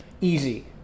easy